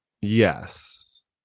Yes